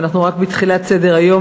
ואנחנו רק בתחילת סדר-היום,